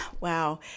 Wow